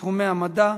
בתחומי המדע,